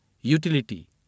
utility